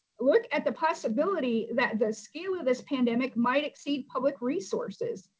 look at the possibility that the scale of this pandemic might exceed public resources.